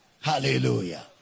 Hallelujah